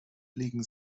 liegen